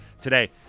today